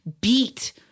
beat-